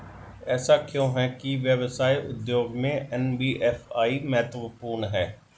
ऐसा क्यों है कि व्यवसाय उद्योग में एन.बी.एफ.आई महत्वपूर्ण है?